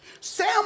Sam